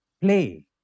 play